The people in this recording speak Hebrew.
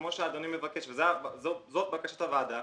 כמו שאדוני מבקש וזאת בקשת הוועדה,